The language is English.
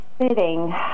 sitting